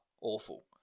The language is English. awful